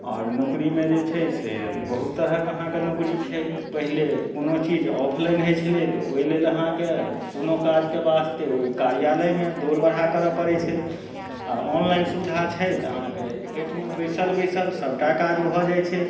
आओर नौकरीमे जे छै से बहुत तरहके अहाँके नौकरी छै पहिले कोनो चीज ऑफलाइन होइ छलै तऽ ओइ लेल अहाँके कोनो काजके वास्ते ओइ कार्यालयमे दौड़ बरहा करऽ पड़य छलै आब ऑनलाइन सुविधा छै तऽ अहाँके एकैठमा बैसल बैसल सभटा काज भऽ जाइ छै